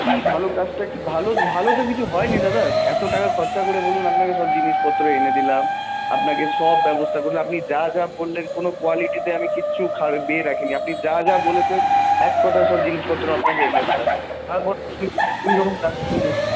কি ভালো কাজটা কি ভালো ভালো তো কিছু হয়নি দাদা এত টাকা খরচা করে বলুন আপনাকে সব জিনিসপত্র এনে দিলাম আপনাকে সব ব্যবস্থাগুলো আপনি যা যা বললেন কোনো কোয়ালিটিতে আমি কিচ্ছু রাখিনি আপনি যা যা বলেছেন এক কথায় সব জিনিসপত্র আপনাকে এনে দিলাম তারপর এইরকম কাজ